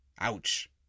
Ouch